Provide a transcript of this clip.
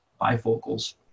bifocals